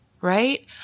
right